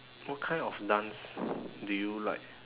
what kind of dance do you like